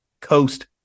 Coast